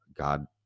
God